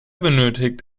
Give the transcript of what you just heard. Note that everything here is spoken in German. benötigt